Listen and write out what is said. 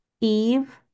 Eve